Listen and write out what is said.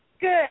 good